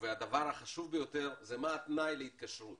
הדבר החשוב ביותר הוא מה התנאי להתקשרות